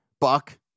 Buck